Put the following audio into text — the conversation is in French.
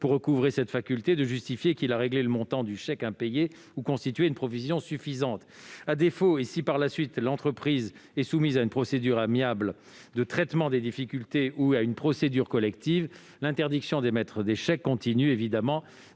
pour recouvrer cette faculté, de justifier qu'il a réglé le montant du chèque impayé ou constitué une provision suffisante. À défaut, et si l'entreprise est par la suite soumise à une procédure amiable de traitement des difficultés ou à une procédure collective, l'interdiction d'émettre des chèques continue évidemment